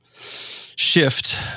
shift